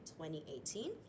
2018